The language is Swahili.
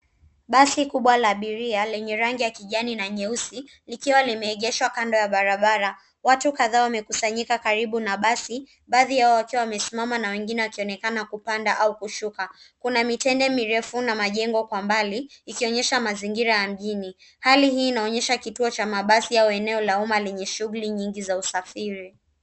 Basi kubwa la abiria, lenye rangi ya kijani na nyeusi, likiwa limeegeshwa kando ya barabara, watu kadhaa wamekusanyika karibu na basi, baadhi yao wakiwa wamesimama na wengine wakionekana kupanda au kushuka. Kuna mitende mirefu na majengo kwa mbali, ikionyesha mazingira ya mjini. Hali hii inaonyesha kituo cha mabasi au eneo la umma lenye shughuli nyingi za usafiri.